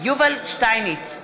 יובל שטייניץ,